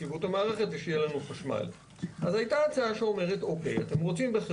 התסבוכת הזאת על ידי זה שאנחנו קובעים פשוט שאנחנו משנים את אותו